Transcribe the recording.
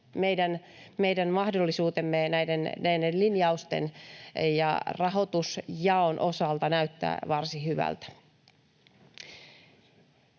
meidän mahdollisuutemme näiden linjausten ja rahoitusjaon osalta näyttävät varsin hyviltä.